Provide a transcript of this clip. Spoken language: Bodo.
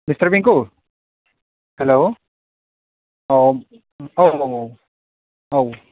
मिसटार पिंकु हेल' औ औ औ औ